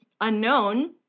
unknown